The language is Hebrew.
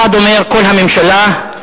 אחד אומר, כל הממשלה,